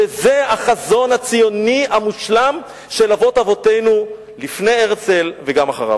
שזה החזון הציוני המושלם של אבות אבותינו לפני הרצל וגם אחריו.